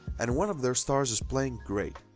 and one of their stars is playing great.